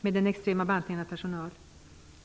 med den extrema minskningen av personalen.